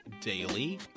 daily